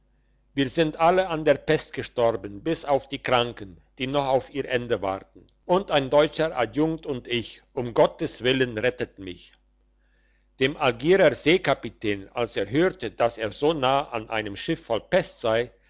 wir sind alle an der pest gestorben bis auf die kranken die noch auf ihr ende warten und ein deutscher adjunkt und ich um gottes willen rettet mich dem algierer seekapitän als er hörte dass er so nah an einem schiff voll pest sei